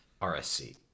RSC